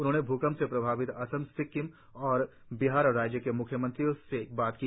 उन्होंने भूकंप से प्रभावित असम सिक्किम और बिहार राज्यों के म्ख्यमंत्रियों से बात की